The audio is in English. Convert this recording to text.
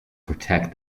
protect